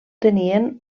tenien